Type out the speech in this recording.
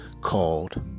called